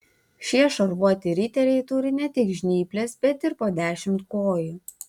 šie šarvuoti riteriai turi ne tik žnyples bet ir po dešimt kojų